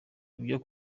ibyo